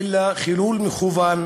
אלא חילול מכוון